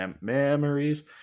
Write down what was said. memories